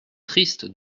triste